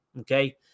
okay